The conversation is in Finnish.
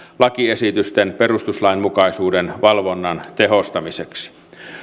lakiesitysten perustuslainmukaisuuden valvonnan tehostamiseksi